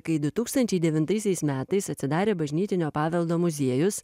kai du tūkstančiai devintaisiais metais atsidarė bažnytinio paveldo muziejus